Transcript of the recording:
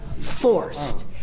forced